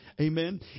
Amen